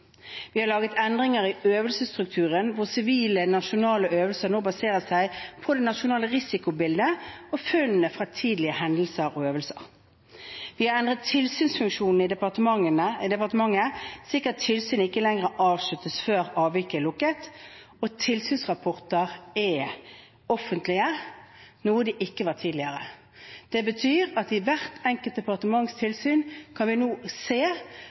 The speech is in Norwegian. Vi har laget endringer i øvelsesstrukturen, hvor sivile nasjonale øvelser nå baserer seg på det nasjonale risikobildet og funnene fra tidligere hendelser og øvelser. Vi har endret tilsynsfunksjonene i departementet, slik at tilsyn ikke lenger avsluttes før avvik er lukket. Tilsynsrapporter er offentlige, noe de ikke var tidligere. Det betyr at i hvert enkelt departements tilsyn kan vi nå se